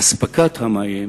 אספקת המים